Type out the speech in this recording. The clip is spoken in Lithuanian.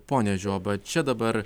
pone žioba čia dabar